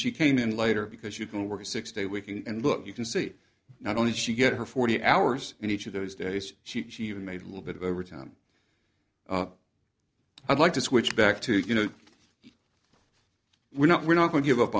she came in later because you can work a six day week and look you can see not only does she get her forty hours in each of those days she even made a little bit of overtime i'd like to switch back to you know we're not we're not going to give up